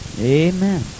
Amen